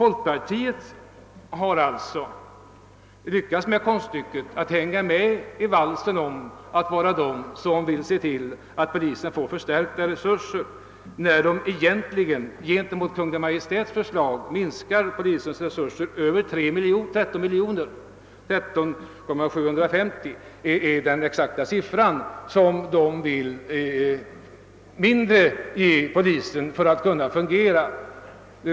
Folkpartiet har alltså lyckats med konststycket att hänga med i fråga om att vara de som vill se till att polisen får förstärkta resurser, trots att partiet egentligen i jämförelse med Kungl. Maj:ts förslag föreslår minskning av polisens resurser med över 13 miljoner kronor — 13 750 000 är den exakta siffran. Folkpartiet vill alltså ge polisen så mycket mindre för att kunna fungera.